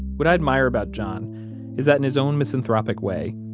what i admire about john is that in his own misanthropic way,